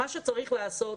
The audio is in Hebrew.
מה שצריך לעשות,